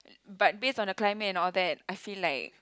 but based on the climate and all that I feel like